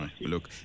Look